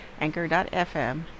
anchor.fm